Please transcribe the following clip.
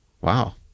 Wow